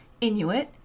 Inuit